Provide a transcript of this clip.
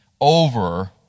over